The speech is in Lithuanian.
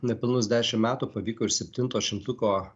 nepilnus dešimt metų pavyko ir septinto šimtuko